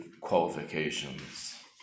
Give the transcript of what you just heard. qualifications